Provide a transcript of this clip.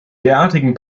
derartigen